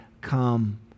come